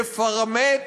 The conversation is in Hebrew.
יפרמט,